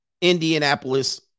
Indianapolis